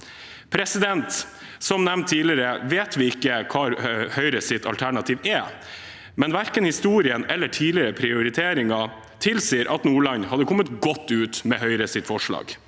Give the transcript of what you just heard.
kan unngås. Som nevnt tidligere, vet vi ikke hva Høyres alternativ er, men verken historien eller tidligere prioriteringer tilsier at Nordland hadde kommet godt ut med Høyres forslag.